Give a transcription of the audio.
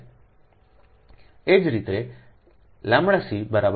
એ જ રીતેʎસી 0